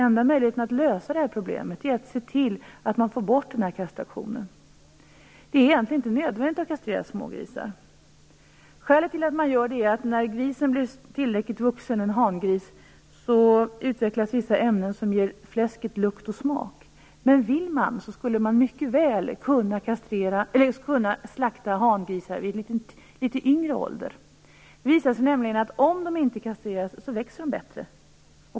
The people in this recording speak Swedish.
Enda möjligheten att lösa det här problemet är att se till att man får bort den här kastrationen. Det är egentligen inte nödvändigt att kastrera smågrisar. Skälet till att man gör det är att det när en hangris blir tillräckligt vuxen utvecklas vissa ämnen som ger fläsket lukt och smak. Men om man ville skulle man mycket väl kunna slakta hangrisar vid en litet lägre ålder. Det visar sig nämligen att de växer bättre om de inte kastreras.